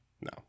No